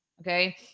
Okay